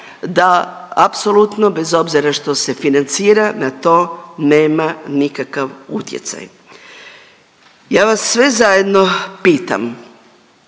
da apsolutno bez obzira što se financira, na to nema nikakav utjecaj. Ja vas sve zajedno pitam,